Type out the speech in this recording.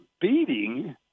beating